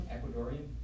Ecuadorian